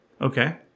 Okay